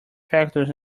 factors